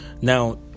Now